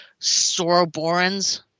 Soroborans